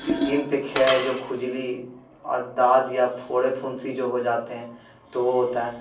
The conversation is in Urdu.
اسکن پہ کھے جو کھجلی اور داد یا پھوڑے پھنسی جو ہو جاتے ہیں تو وہ ہوتا ہے